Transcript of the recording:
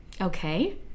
Okay